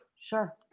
sure